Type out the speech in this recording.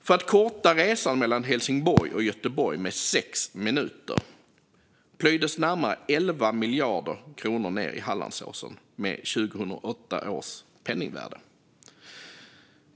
För att korta restiden mellan Helsingborg och Göteborg med sex minuter plöjdes närmare 11 miljarder kronor ned i Hallandsåsen, med 2008 års penningvärde.